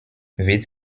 wird